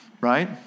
right